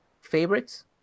favorites